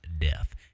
death